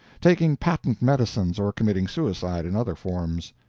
taking patent medicines, or committing suicide in other forms.